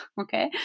okay